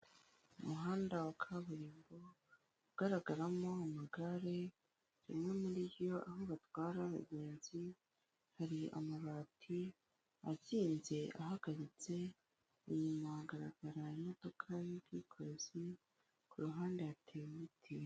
Umuhanda wa kaburimbo ugaragaramo amagare, rimwe muri yo aho batwara abagenzi hari amabati agiye ahagaritse, inyuma hagaragara imodoka y'ubwikorezi. ku ruhande hateye ibiti.